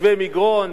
תושבי מגרון,